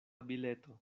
bileto